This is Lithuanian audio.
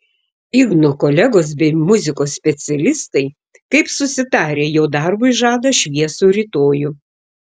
igno kolegos bei muzikos specialistai kaip susitarę jo darbui žada šviesų rytojų